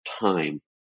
time